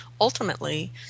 ultimately